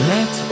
Let